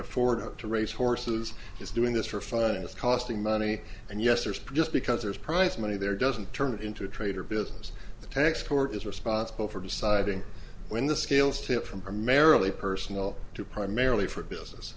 afford to race horses is doing this for fun is costing money and yes there's just because there's prize money there doesn't turn into a trade or business the tax court is responsible for deciding when the scales tip from her merrily personal to primarily for business